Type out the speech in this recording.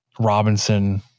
Robinson